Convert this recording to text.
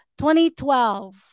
2012